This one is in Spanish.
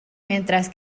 mientras